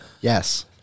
Yes